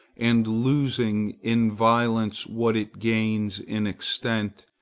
and losing in violence what it gains in extent,